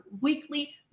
weekly